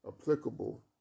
applicable